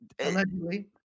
Allegedly